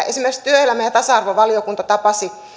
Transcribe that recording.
esimerkiksi työelämä ja ja tasa arvovaliokunta tapasi